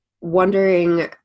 wondering